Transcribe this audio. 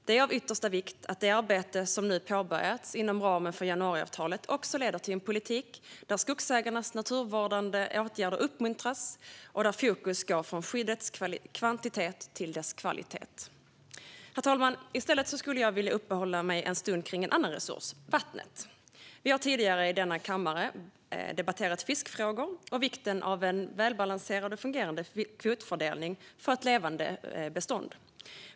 Det är av yttersta vikt att det arbete som nu påbörjats inom ramen för januariavtalet också leder till en politik där skogsägarnas naturvårdande åtgärder uppmuntras och där fokus går från skyddets kvantitet till dess kvalitet. Herr talman! Jag vill i stället uppehålla mig en stund vid en annan resurs: vattnet. Vi har tidigare i denna kammare debatterat fiskefrågor och vikten av en välbalanserad och fungerande kvotfördelning för ett levande bestånd.